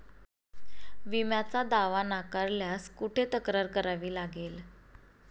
विम्याचा दावा नाकारल्यास कुठे तक्रार करावी लागेल?